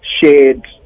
shared